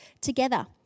together